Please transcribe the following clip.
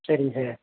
சரிங்க சார்